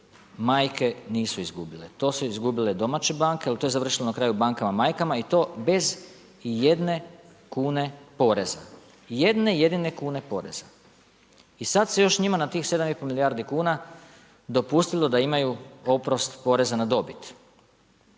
majke, nisu izgubile. To su izgubile domaće banke jer to je završilo na kraju bankama majkama i to bez ijedne kune poreza, jedne jedine kune poreza. I sad se još njima na tih 7 i pol milijardi kuna dopustilo da imaju oprost poreza na dobit.